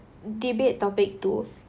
debate topic two